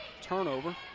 turnover